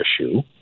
issue